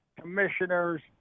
commissioners